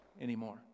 anymore